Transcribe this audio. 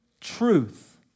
truth